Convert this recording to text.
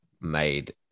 made